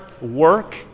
work